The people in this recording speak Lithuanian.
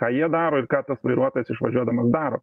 ką jie daro ir ką tas vairuotojas išvažiuodamas daro